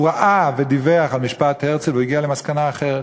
והוא ראה ודיווח על המשפט, והוא הגיע למסקנה אחרת: